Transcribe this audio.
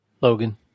Logan